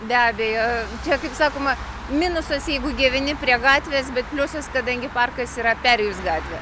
be abejo čia kaip sakoma minusas jeigu gyveni prie gatvės bet pliusas kadangi parkas yra perėjus gatvę